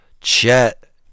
Chet